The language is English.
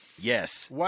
Yes